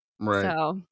Right